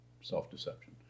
self-deception